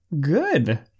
Good